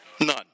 none